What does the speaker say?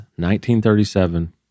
1937